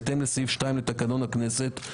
בהתאם לסעיף 2 לתקנון הכנסת,